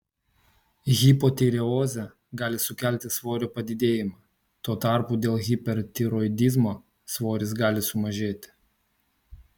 hipotireozė gali sukelti svorio padidėjimą tuo tarpu dėl hipertiroidizmo svoris gali sumažėti